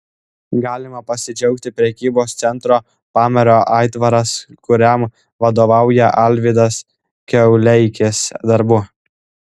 galima pasidžiaugti prekybos centro pamario aitvaras kuriam vadovauja alvydas kiauleikis darbu